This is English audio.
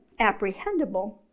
apprehendable